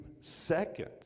seconds